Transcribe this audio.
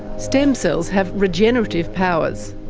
stem cells have regenerative powers.